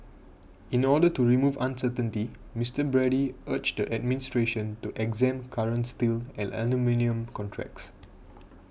in order to remove uncertainty Mister Brady urged the administration to exempt current steel and aluminium contracts